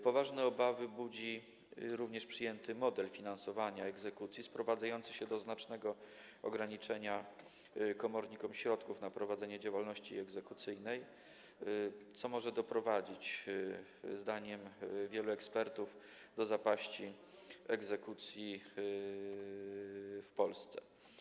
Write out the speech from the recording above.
Poważne obawy budzi również przyjęty model finansowania egzekucji, sprowadzający się do znacznego ograniczenia komornikom środków na prowadzenie działalności egzekucyjnej, co może doprowadzić zdaniem wielu ekspertów do zapaści egzekucji w Polsce.